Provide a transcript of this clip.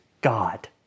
God